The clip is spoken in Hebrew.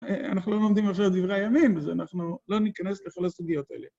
‫אנחנו לא לומדים עכשיו את דברי הימים, ‫אז אנחנו לא ניכנס לכל הסוגיות האלה.